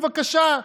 בבקשה.